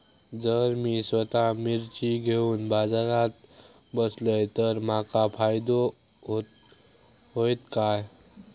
जर मी स्वतः मिर्ची घेवून बाजारात बसलय तर माका फायदो होयत काय?